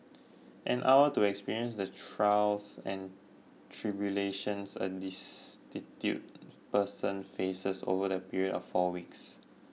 an hour to experience the trials and tribulations a destitute person faces over a period of four weeks